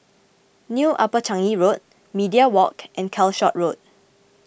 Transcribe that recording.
New Upper Changi Road Media Walk and Calshot Road